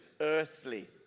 earthly